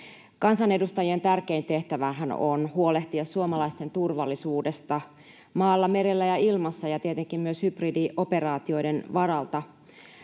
Kansanedustajien tärkein tehtävähän on huolehtia suomalaisten turvallisuudesta maalla, merellä ja ilmassa ja tietenkin myös hybridioperaatioiden varalta.